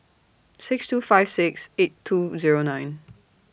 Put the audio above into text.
six two five six eight two Zero nine